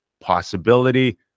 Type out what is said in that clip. possibility